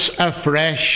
afresh